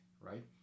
right